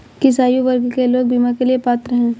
किस आयु वर्ग के लोग बीमा के लिए पात्र हैं?